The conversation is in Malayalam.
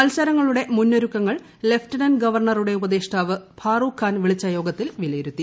മൽസരങ്ങളുടെ മുന്നൊരുക്കങ്ങൾ ലെഫ്റ്റനന്റ് ഗവർണറുടെ ഉപദേഷ്ടാവ് ഫാറൂഖ് ഖാൻ വിളിച്ച യോഗത്തിൽ വിലയിരുത്തി